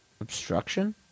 obstruction